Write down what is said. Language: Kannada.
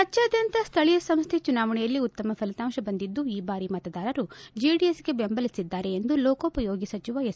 ರಾಜ್ಕಾದ್ಯಂತ ಸ್ಥಳೀಯ ಸಂಸ್ಥೆ ಚುನಾವಣೆಯಲ್ಲಿ ಉತ್ತಮ ಫಲಿತಾಂಶ ಬಂದಿದ್ದು ಈ ಬಾರಿ ಮತದಾರರು ಜೆಡಿಎಸ್ಗೆ ಬೆಂಬಲಿಸಿದ್ದಾರೆ ಎಂದು ಲೋಕೋಪಯೋಗಿ ಸಚಿವ ಎಚ್